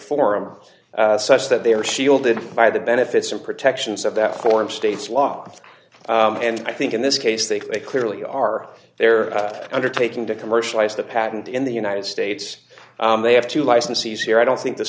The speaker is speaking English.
forum such that they are shielded by the benefits and protections of that form state's law and i think in this case they clearly are they're undertaking to commercialize the patent in the united states they have to licensees here i don't think the